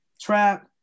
Trap